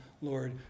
Lord